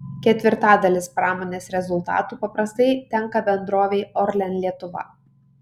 ketvirtadalis pramonės rezultatų paprastai tenka bendrovei orlen lietuva